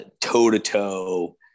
toe-to-toe